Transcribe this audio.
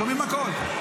שומעים הכול.